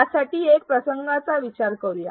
यासाठी एका प्रसंगाचा विचार करूया